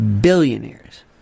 billionaires